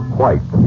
White